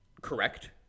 correct